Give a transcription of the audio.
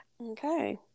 okay